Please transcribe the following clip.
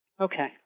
Okay